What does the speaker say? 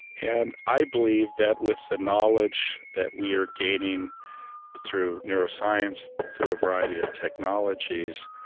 and i believe that with the knowledge that we are gaining through neuroscience, through a variety of technologies,